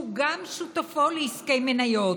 שהוא גם שותפו לעסקי מניות.